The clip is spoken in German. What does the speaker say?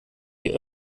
die